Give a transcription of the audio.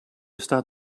stop